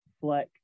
Fleck